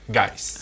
guys